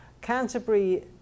canterbury